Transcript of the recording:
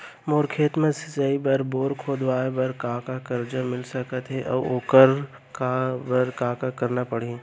मोर खेत म सिंचाई बर बोर खोदवाये बर का का करजा मिलिस सकत हे अऊ ओखर बर का का करना परही?